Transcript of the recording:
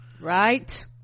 Right